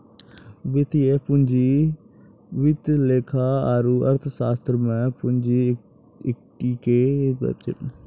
वित्तीय पूंजी वित्त लेखा आरू अर्थशास्त्र मे पूंजी इक्विटी के रूप मे जानलो जाय छै